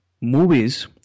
movies